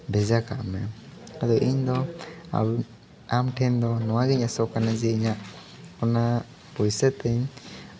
ᱵᱷᱮᱡᱟ ᱠᱟᱜ ᱢᱮ ᱟᱫᱚ ᱤᱧᱫᱚ ᱟᱢ ᱴᱷᱮᱱ ᱫᱚ ᱱᱚᱣᱟᱜᱤᱧ ᱟᱸᱥᱚᱜ ᱠᱟᱱᱟ ᱡᱮ ᱤᱧᱟᱹᱜ ᱚᱱᱟ ᱯᱩᱭᱥᱟᱹ ᱛᱤᱧ